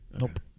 Nope